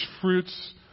fruits